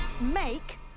make